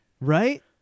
Right